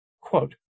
Quote